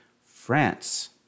France